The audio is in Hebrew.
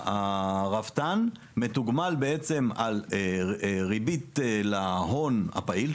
הרפתן מתוגמל בעצם על ריבית להון הפעיל,